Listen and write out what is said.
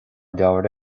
leabhar